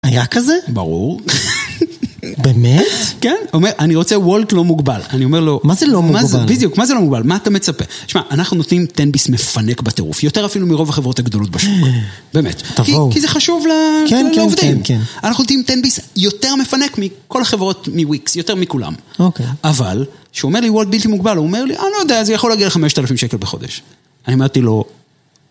היה כזה? ברור. באמת? כן. אני רוצה וולט לא מוגבל. מה זה לא מוגבל? מה אתה מצפה? אנחנו נותנים תן-ביס מפנק בטירוף, יותר אפילו מרוב החברות הגדולות בשוק. באמת. כי זה חשוב לעובדים. כן, כן. אנחנו נותנים תן-ביס יותר מפנק מכל החברות מוויקס, יותר מכולם. אבל, כשהוא אומר לי וולט בלתי מוגבל, הוא אומר לי, אני לא יודע, זה יכול להגיע ל-5000 שקל בחודש. אני אמרתי לו,